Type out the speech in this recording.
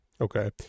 Okay